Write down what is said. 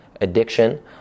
addiction